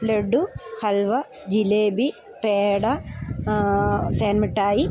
laddu halwa jalebi peda തേൻമിഠായി